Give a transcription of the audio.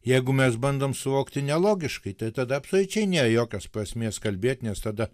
jeigu mes bandom suvokti nelogiškai tai tada absoliučiai nėr jokios prasmės kalbėt nes tada